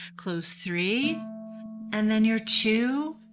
close three and then your two